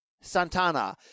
Santana